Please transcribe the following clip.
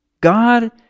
God